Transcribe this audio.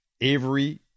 Avery